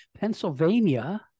Pennsylvania